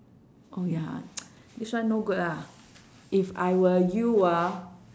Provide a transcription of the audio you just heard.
oh ya this one no good ah if I were you ah